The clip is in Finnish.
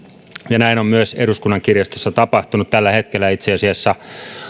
ja näin on myös eduskunnan kirjastossa tapahtunut tällä hetkellä itse asiassa